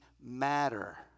matter